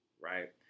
right